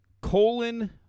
Colon